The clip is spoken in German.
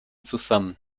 zusammen